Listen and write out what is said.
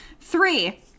Three